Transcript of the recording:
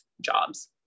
jobs